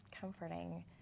comforting